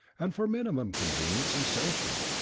and for maximum convenience and safety.